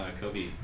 Kobe